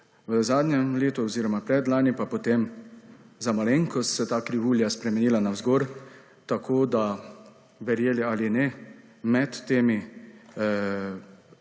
V zadnjem letu oziroma predlani pa se je za malenkost ta krivulja spremenila navzgor. Tako, verjeli ali ne, da se